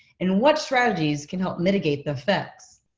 and what strategies can help mitigate the effects.